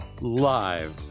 live